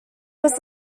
was